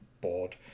bored